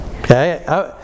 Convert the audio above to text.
okay